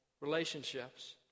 relationships